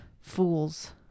fools